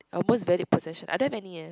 a most valued possession I don't have any eh